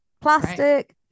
plastic